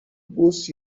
بوس